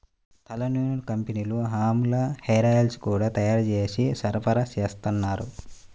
తలనూనెల కంపెనీలు ఆమ్లా హేరాయిల్స్ గూడా తయ్యారు జేసి సరఫరాచేత్తన్నారు